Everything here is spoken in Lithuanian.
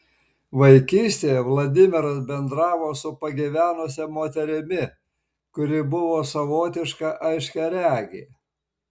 vaikystėje vladimiras bendravo su pagyvenusia moterimi kuri buvo savotiška aiškiaregė